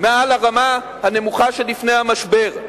מעל הרמה הנמוכה שלפני המשבר.